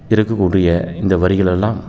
இருக்கக்கூடிய இந்த வரிகளெல்லாம்